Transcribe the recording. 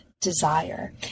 desire